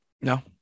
No